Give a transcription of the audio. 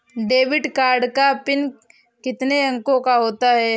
Debit card का PIN कितने अंकों का होता है?